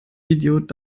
idiot